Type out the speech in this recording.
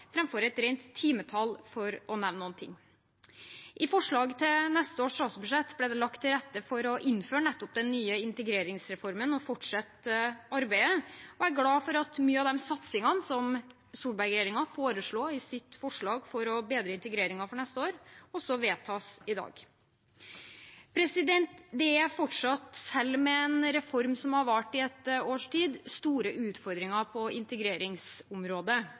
et rent timetall, for å nevne noen ting. I forslaget til neste års statsbudsjett ble det lagt til rette for å innføre nettopp den nye integreringsreformen og fortsette arbeidet. Jeg er glad for at mange av de satsingene som Solberg-regjeringen foreslo i sitt forslag for å bedre integreringen neste år, også vedtas i dag. Det er fortsatt – selv med en reform som har vart i et års tid – store utfordringer på integreringsområdet.